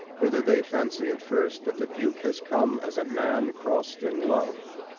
whither they fancy at first that the duke has come as a man crossed in love,